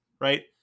right